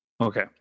Okay